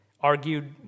argued